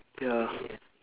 ya